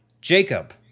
Jacob